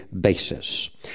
basis